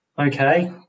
Okay